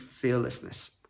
fearlessness